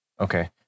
okay